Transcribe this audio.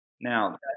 Now